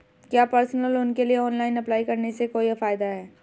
क्या personal loan के लिए ऑनलाइन अप्लाई करने से कोई फायदा है?